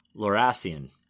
Lorassian